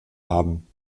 haben